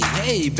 hey